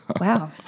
Wow